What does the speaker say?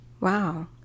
Wow